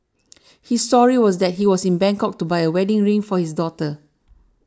his story was that he was in Bangkok to buy a wedding ring for his daughter